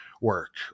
work